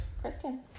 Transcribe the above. Kristen